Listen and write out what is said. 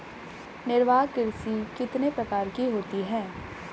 निर्वाह कृषि कितने प्रकार की होती हैं?